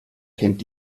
kennt